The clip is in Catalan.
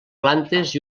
plantes